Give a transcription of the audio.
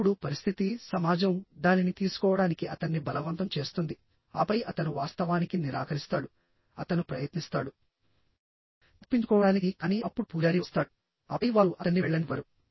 ఇప్పుడుపరిస్థితిసమాజందానిని తీసుకోవడానికి అతన్ని బలవంతం చేస్తుందిఆపై అతను వాస్తవానికి నిరాకరిస్తాడుఅతను ప్రయత్నిస్తాడు తప్పించుకోవడానికి కానీ అప్పుడు పూజారి వస్తాడు ఆపై వారు అతన్ని వెళ్లనివ్వరు